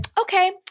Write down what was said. okay